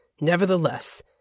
Nevertheless